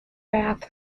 bath